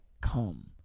come